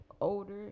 older